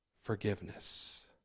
forgiveness